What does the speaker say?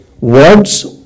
Words